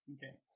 Okay